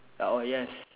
uh oh yes